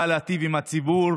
באה להיטיב עם הציבור,